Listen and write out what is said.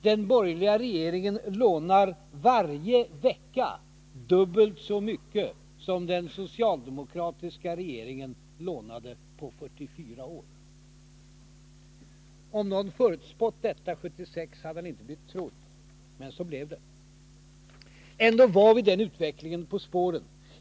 Den borgerliga regeringen lånar varje vecka dubbelt så mycket som den socialdemokratiska regeringen lånade på 44 år. Om någon förutspått detta 1976 hade han inte blivit trodd. Men så blev det. Ändå var vi denna utveckling på spåren.